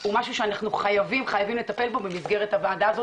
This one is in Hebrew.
הוא משהו שאנחנו חייבים לטפל בו במסגרת הוועדה הזאת,